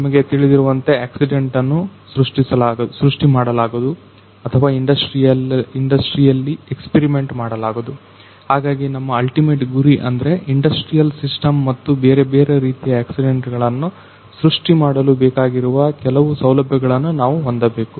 ನಮಗೆ ತಿಳಿದಿರುವಂತೆ ಆಕ್ಸಿಡೆಂಟ್ ಅನ್ನು ಸೃಷ್ಟಿ ಮಾಡಲಾಗದು ಅಥವಾ ಇಂಡಸ್ಟ್ರಿಯಲ್ಲಿ ಎಕ್ಸ್ಪೀರಿಮೆಂಟ್ ಮಾಡಲಾಗದು ಹಾಗಾಗಿ ನಮ್ಮ ಅಲ್ಟಿಮೇಟ್ ಗುರಿ ಅಂದ್ರೆ ಇಂಡಸ್ಟ್ರಿಯಲ್ ಸಿಸ್ಟಮ್ ಮತ್ತು ಬೇರೆ ಬೇರೆ ರೀತಿಯ ಆಕ್ಸಿಡೆಂಟ್ ಗಳನ್ನು ಸೃಷ್ಟಿಮಾಡಲು ಬೇಕಾಗಿರುವ ಕೆಲವು ಸೌಲಭ್ಯಗಳನ್ನು ನಾವು ಹೊಂದಬೇಕು